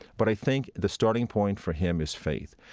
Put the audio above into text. but i think the starting point for him is faith.